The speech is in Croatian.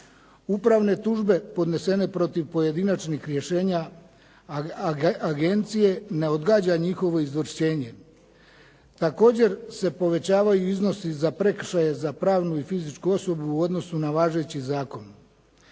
Upravne tužbe podnesene protiv pojedinačnih rješenja agencije ne odgađa njihovo izvršenje. Također se povećavaju iznosi za prekršaje za pravnu i fizičku osobu u odnosu na važeći zakon.